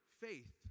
faith